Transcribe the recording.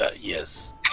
Yes